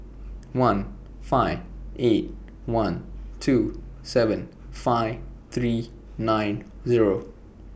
one five eight one two seven five three nine Zero